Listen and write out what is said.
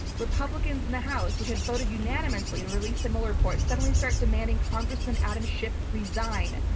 republicans in the house, which had voted unanimously to release the mueller report suddenly start demanding congressman adam schiff resign.